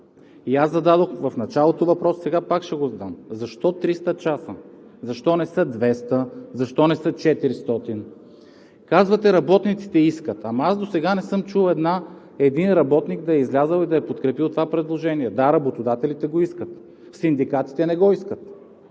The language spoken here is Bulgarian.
И аз зададох в началото въпрос, сега пак ще го задам: защо 300 часа? Защо не са 200, защо не са 400? Казвате: работниците искат. Аз досега не съм чул един работник да е излязъл и да е подкрепил това предложение. Да, работодателите го искат. Синдикатите не го искат.